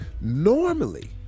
Normally